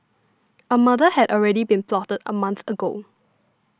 a murder had already been plotted a month ago